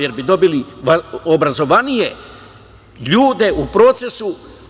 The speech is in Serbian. Jer bi dobili obrazovanije ljude u procesu.